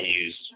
use